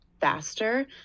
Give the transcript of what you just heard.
faster